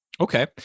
Okay